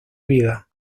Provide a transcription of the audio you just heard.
vida